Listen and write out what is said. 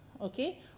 okay